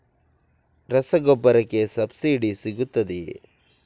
ರಸಗೊಬ್ಬರಕ್ಕೆ ಸಬ್ಸಿಡಿ ಸಿಗುತ್ತದೆಯೇ?